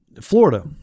Florida